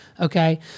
Okay